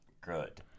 Good